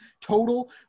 total